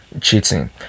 cheating